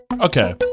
okay